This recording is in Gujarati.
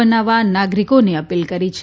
બનાવવા નાગરીકોને અપીલ કરી છે